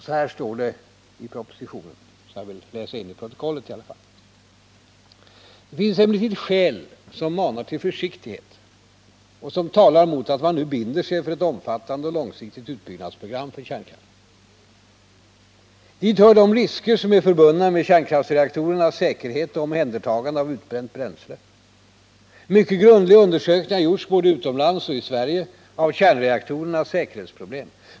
Så här står det i propositionen, och det vill jag läsa in till protokollet: ”Det finns emellertid skäl som manar till försiktighet och som talar mot att man nu binder sig för ett omfattande och långsiktigt utbyggnadsprogram för kärnkraften. Hit hör de risker som är förbundna med kärnkraftreaktorernas säkerhet och omhändertagande av utbränt bränsle. Mycket grundliga undersökningar har gjorts, både utomlands och i Sverige, av kärnreaktorernas säkerhetsproblem.